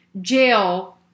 jail